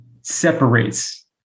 separates